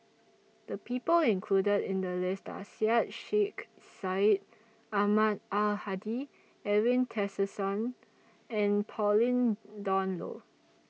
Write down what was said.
The People included in The list Are Syed Sheikh Syed Ahmad Al Hadi Edwin Tessensohn and Pauline Dawn Loh